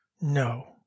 no